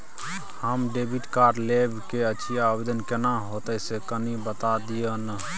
हम debit card लेब के छि, आवेदन केना होतै से कनी बता दिय न?